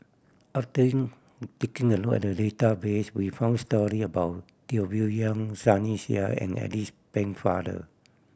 taking a look at the database we found story about Teo Bee Yen Sunny Sia and Alice Pennefather